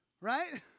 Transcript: right